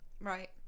Right